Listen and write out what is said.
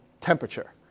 temperature